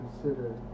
consider